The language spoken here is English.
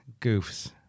goofs